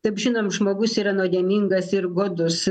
taip žinom žmogus yra nuodėmingas ir godus